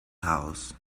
house